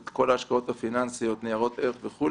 את כל ההשקעות הפיננסיות ניירות ערך וכו',